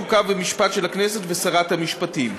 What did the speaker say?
חוק ומשפט של הכנסת ושרת המשפטים.